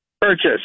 purchase